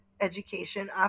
education